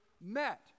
met